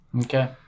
Okay